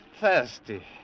thirsty